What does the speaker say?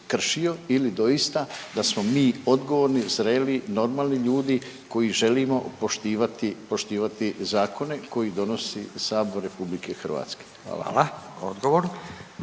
ili doista, da smo mi odgovorni, zreli, normalni ljudi koji želimo poštivati zakone koji donosi Sabor RH. Hvala.